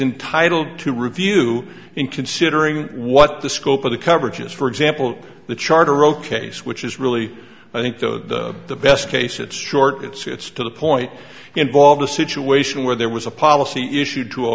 intitled to review in considering what the scope of the coverage is for example the charter ok's which is really i think the the best case it's short it's to the point involved a situation where there was a policy issued to a